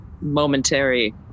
momentary